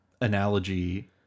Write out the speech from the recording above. analogy